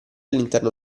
all’interno